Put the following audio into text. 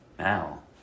Now